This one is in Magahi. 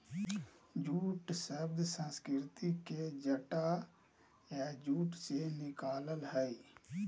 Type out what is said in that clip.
जूट शब्द संस्कृत के जटा या जूट से निकलल हइ